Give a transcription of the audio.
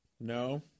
No